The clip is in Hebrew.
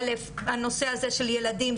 א' הנושא הזה של ילדים,